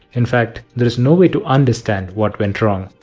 in fact, there is no way to understand what went wrong.